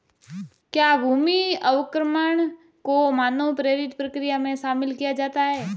क्या भूमि अवक्रमण को मानव प्रेरित प्रक्रिया में शामिल किया जाता है?